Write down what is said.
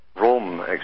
Rome